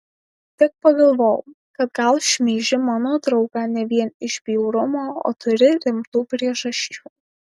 tik pagalvojau kad gal šmeiži mano draugą ne vien iš bjaurumo o turi rimtų priežasčių